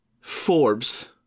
Forbes